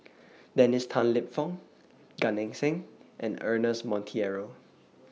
Dennis Tan Lip Fong Gan Eng Seng and Ernest Monteiro